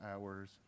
hours